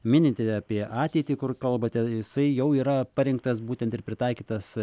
minite apie ateitį kur kalbate jisai jau yra parinktas būtent ir pritaikytas